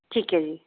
ਠੀਕ ਹੈ ਜੀ